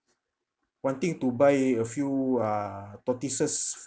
wanting to buy a few uh tortoises